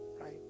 right